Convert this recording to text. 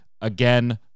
Again